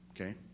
Okay